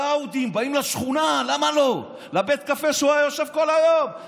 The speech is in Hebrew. מה שמפריע לי זה